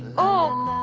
oh